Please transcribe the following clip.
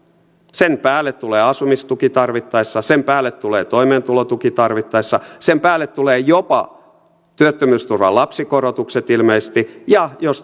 sen päälle tulee asumistuki tarvittaessa sen päälle tulee toimeentulotuki tarvittaessa sen päälle tulevat jopa työttömyysturvan lapsikorotukset ilmeisesti ja jos